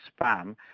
spam